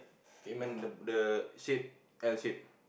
amen the shape the L shape